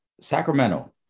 Sacramento